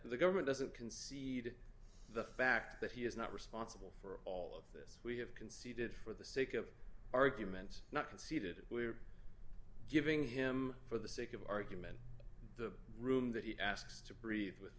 the government doesn't concede the fact that he is not responsible for all of this we have conceded for the sake of argument not conceded we're giving him for the sake of argument the room that he asks to breathe with